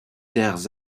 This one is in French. terres